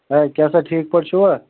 اَے کیٛاہ سا ٹھیٖک پٲٹھۍ چھُوا